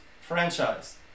franchise